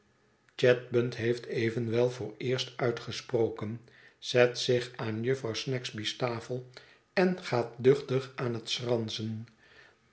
chadband heeft evenwel vooreerst uitgesproken zet zich aan jufvrouw snagsby's tafel en gaat duchtig aan het schransen